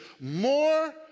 more